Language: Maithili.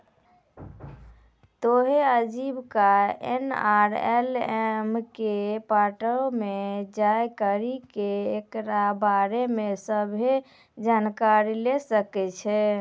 तोहें आजीविका एन.आर.एल.एम के पोर्टल पे जाय करि के एकरा बारे मे सभ्भे जानकारी लै सकै छो